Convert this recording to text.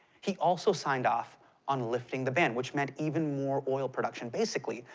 he also signed off on lifting the ban, which meant even more oil production. basically,